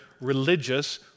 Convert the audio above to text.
religious